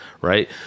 right